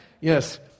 Yes